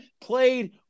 played